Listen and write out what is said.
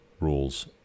rules